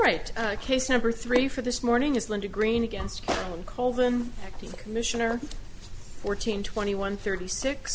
right case number three for this morning is linda green against colvin acting commissioner fourteen twenty one thirty six